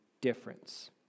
difference